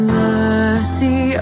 mercy